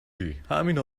ریهمین